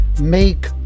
make